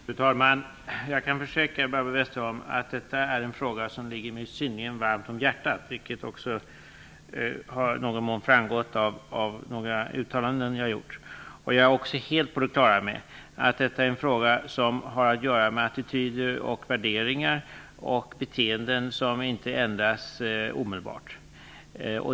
Fru talman! Jag kan försäkra Barbro Westerholm att detta är en fråga som ligger mig synnerligen varmt om hjärtat, vilket också i någon mån torde ha framgått av några uttalanden som jag har gjort. Jag är också helt på det klara med att detta är en fråga som har att göra med attityder, värderingar och beteenden som inte ändras omedelbart.